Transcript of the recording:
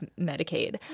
Medicaid